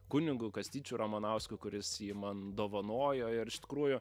kunigu kastyčiu ramanausku kuris jį man dovanojo ir iš tikrųjų